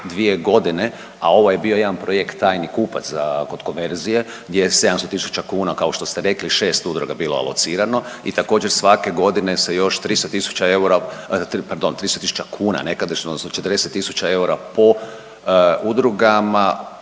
dvije godine, a ovo je bio jedan projekt „tajni kupac“ kod konverzije gdje je 700 tisuća kuna kao što ste rekli 6 udruga bilo alocirano i također svake godine se još 300 tisuća eura, pardon 300 tisuća kuna